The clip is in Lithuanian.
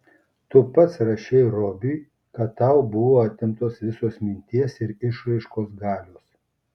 tu pats rašei robiui kad tau buvo atimtos visos minties ir išraiškos galios